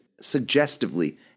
suggestively